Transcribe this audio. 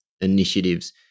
initiatives